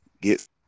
get